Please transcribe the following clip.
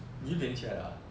你六点起来 liao ah